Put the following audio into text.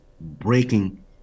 breaking